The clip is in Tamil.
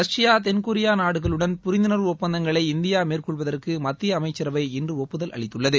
ரஷ்யா தென்கொரியா நாடுகளுடன் புரிந்துணர்வு ஒப்பந்தங்களை இந்தியா மேற்கொள்வதற்கு மத்திய அமைச்சரவை இன்று ஒப்புதல் அளித்துள்ளது